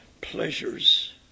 pleasures